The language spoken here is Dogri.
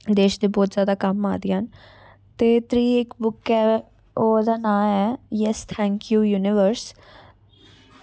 देश दे ब्हौत जैदा कम्म आ दियां न ते त्री इक बुक ऐ ओह्दा नांऽ ऐ यस थैंक यू यूनिवर्स